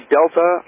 Delta